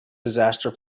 disaster